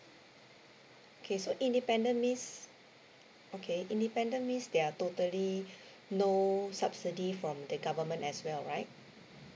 okay so independent means okay independent means they are totally no subsidy from the government as well right